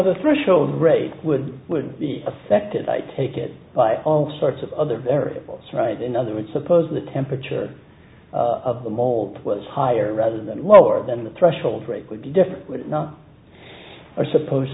the threshold rate would be affected by take it by all sorts of other variables right in other words suppose the temperature of the mold was higher rather than lower than the threshold rate would be different would it not or suppose